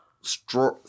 Straw